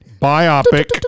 biopic